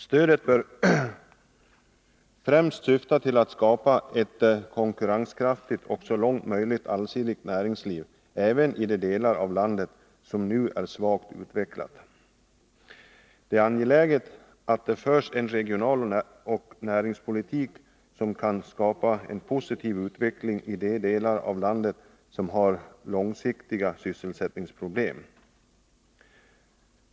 Stödet bör främst syfta till att skapa ett konkurrenskraftigt och så långt möjligt allsidigt näringsliv även i de delar av landet som nu är svagt utvecklade. Det är angeläget att det förs en regionalpolitik och en näringspolitik som kan skapa en positiv utveckling i de delar av landet som har långsiktiga sysselsättningsproblem.